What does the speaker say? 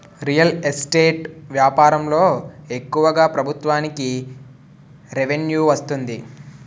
real estate వ్యాపారంలో ఎక్కువగా ప్రభుత్వానికి రెవెన్యూ వస్తుంది